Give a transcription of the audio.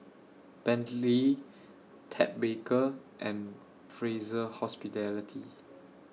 Bentley Ted Baker and Fraser Hospitality